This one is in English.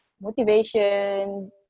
motivation